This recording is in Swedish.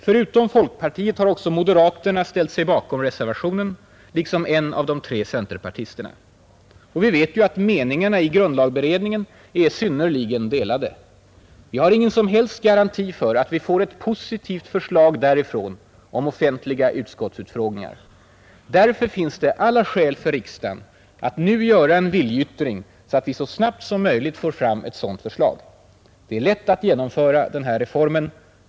Förutom folkpartiet har också moderaterna ställt sig bakom reservationen liksom en av de tre centerpartisterna. Vi vet ju att meningarna i grundlagberedningen är synnerligen delade. Vi har ingen som helst garanti för att vi får ett positivt förslag därifrån om offentliga utskottsutfrågningar. Därför finns det alla skäl för riksdagen att nu göra en viljeyttring så att vi så snabbt som möjligt får ett sådant förslag. Det är lätt att genomföra den här reformen.